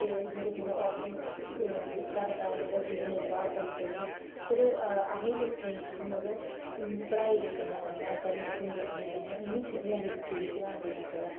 ते जेह्दे कन्नै ओह् अपने जे घर दा मतलब जीवन निर्वाह करी सकन पर असें लोकें गी मतलब पढ़ाई दे कन्नै कन्नै जां नौकरियें दे कन्नै कन्नै इनें चीजें आह्ली बक्खी बी ध्यान देना चाहिदा